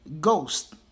Ghost